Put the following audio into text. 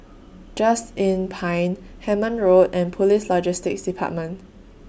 Just Inn Pine Hemmant Road and Police Logistics department